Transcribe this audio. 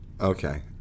Okay